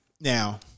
Now